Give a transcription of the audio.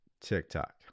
TikTok